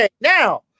Now